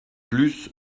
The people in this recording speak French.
plus